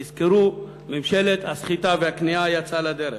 תזכרו, ממשלת הסחיטה והכניעה יצאה לדרך.